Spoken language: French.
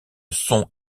sons